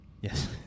yes